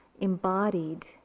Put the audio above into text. embodied